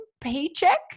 paycheck